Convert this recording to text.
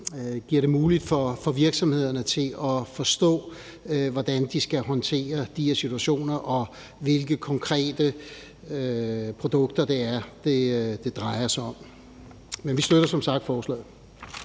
gør det muligt for virksomhederne at forstå, hvordan de skal håndtere de her situationer, og hvilke konkrete produkter det drejer sig om. Men vi støtter som sagt forslaget.